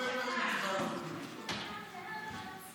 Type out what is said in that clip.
מה היא צריכה לענות במקומו?